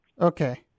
Okay